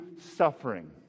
suffering